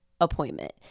appointment